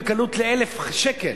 בקלות ל-1,000 שקל.